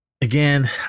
again